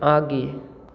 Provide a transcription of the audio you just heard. आगे